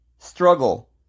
Struggle